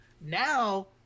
Now